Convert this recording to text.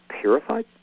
purified